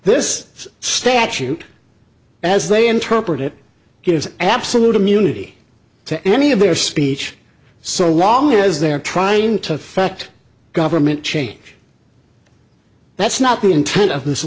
this statute as they interpret it gives an absolute immunity to any of their speech so long as they're trying to affect government change that's not the intent of